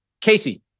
Casey